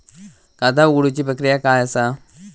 खाता उघडुची प्रक्रिया काय असा?